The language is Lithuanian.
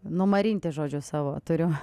numarinti žodžiu savo turiu